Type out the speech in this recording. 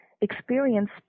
experience